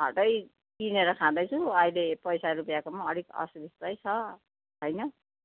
खाँदै किनेर खाँदैछु अहिले पैसा रुपियाँको पनि अलिक असुविस्तै छ होइन